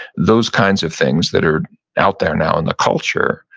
those kinds of things that are out there now in the culture,